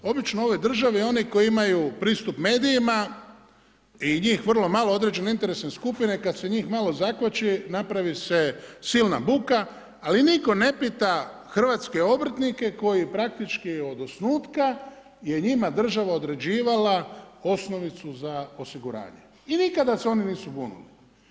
Obično u ovoj državi oni koji imaju pristup medijima i njih vrlo malo određene interesne skupine, kad se njih malo zakoči, napravi se silna buka ali nitko ne pita hrvatske obrtnike koji praktički od osnutka je njima država određivala osnovicu za osiguranje i nikada se oni nisu bunili.